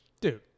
Dude